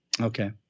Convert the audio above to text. Okay